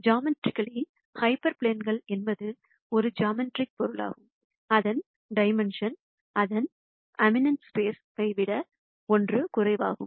geometrically hyper பிளேன்கள் என்பது ஒரு ஜாமெட்ரிக் பொருளாகும் அதன் டைமென்ஷன் அதன் அம்பிஎண்ட் ஸ்பைஸ் விட 1 குறைவாகும்